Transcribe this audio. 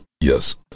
yes